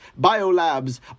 biolabs